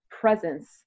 presence